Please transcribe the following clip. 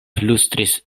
flustris